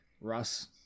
Russ